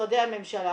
משרדי הממשלה.